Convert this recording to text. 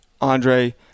Andre